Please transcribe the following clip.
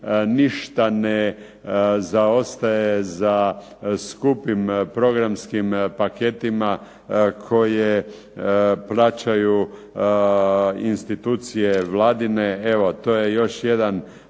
ništa ne zaostaje za skupim programskim paketima koje plaćaju institucije vladine. Evo, to je još jedan